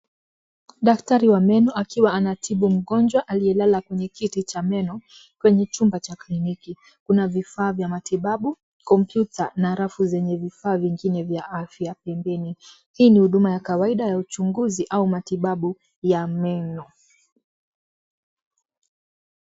Daktari wa meno akiwa anatibu mgonjwa aliyelala kwenye kiti cha meno, kwenye chumba cha kliniki. Kuna vifaa vya matibabu, kompyuta na rafu zenye vifaa vingine vya afya pia. Hii ni huduma ya kawaida ya uchunguzi au matibabu ya meno.